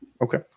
okay